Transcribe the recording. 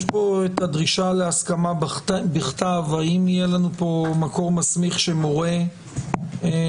יש פה דרישה להסכמה בכתב האם יהיה לנו פה מקור מסמיך שמורה את